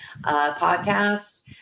podcast